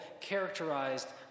characterized